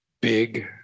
big